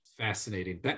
Fascinating